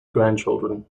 grandchildren